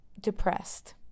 depressed